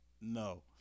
No